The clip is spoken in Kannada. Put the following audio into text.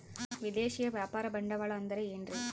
ವಿದೇಶಿಯ ವ್ಯಾಪಾರ ಬಂಡವಾಳ ಅಂದರೆ ಏನ್ರಿ?